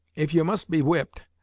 if you must be whipped,